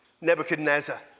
Nebuchadnezzar